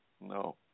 no